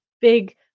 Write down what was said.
big